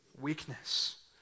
weakness